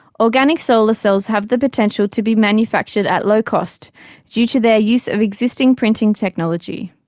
organic solar cells have the potential to be manufactured at low cost due to their use of existing printing technology.